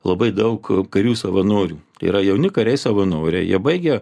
labai daug karių savanorių yra jauni kariai savanoriai jie baigę